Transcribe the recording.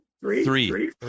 Three